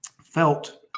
felt